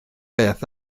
beth